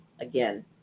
Again